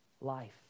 life